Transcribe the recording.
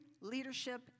leadership